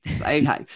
Okay